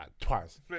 twice